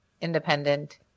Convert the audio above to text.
independent